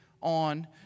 on